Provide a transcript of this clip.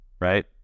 right